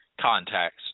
contacts